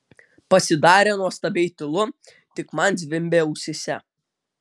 pasidarė nuostabiai tylu tik man zvimbė ausyse